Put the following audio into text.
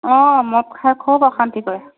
অঁ মদ খাই খুব অশান্তি কৰে